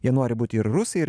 jie nori būti ir rusai ir